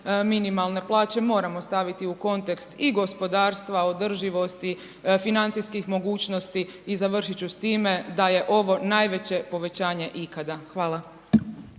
minimalne plaće moramo staviti i u kontekst gospodarstva, održivosti, financijskih mogućnosti i završiti ću s time da je ovo najveće povećanje ikada. Hvala.